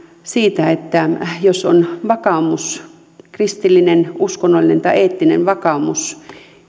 siitä että jos on vakaumus kristillinen uskonnollinen tai eettinen vakaumus